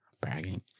bragging